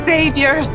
Savior